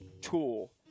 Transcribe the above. tool